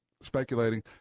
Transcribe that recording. speculating